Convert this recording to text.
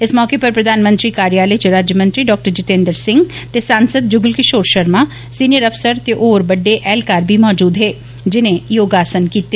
इस मौके पर प्रधानमंत्री कार्यालय च राज्यमंत्री डॉ जितेंद्र सिंह ते सांसद जुगल किशोर शर्मा सीनियर अफसर ते होर बड्डे एहलकार बी मजूद हे जिनें योगासन कीते